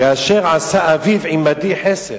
כאשר עשה אביו עמדי חסד,